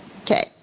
Okay